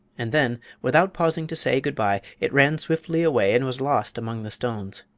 and then, without pausing to say good-by, it ran swiftly away and was lost among the stones.